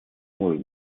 может